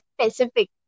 specific